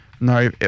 No